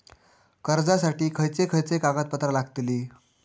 कर्जासाठी खयचे खयचे कागदपत्रा लागतली?